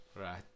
Right